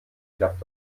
klappte